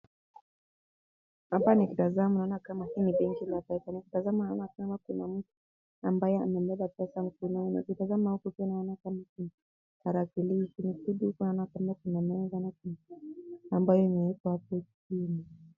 Hapa nikitazama naona kama hii ni benki. Nikitazama naona kama kuna mtu ambaye amebeba pesa mkononi. Nikitazama hapa naona kama kuna tarakilishi kubwa sana na tena kuna meza ambayo imeekwa hapo chini.